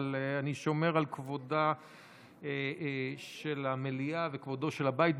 אבל אני שומר על כבודה של המליאה וכבודו של הבית,